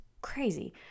crazy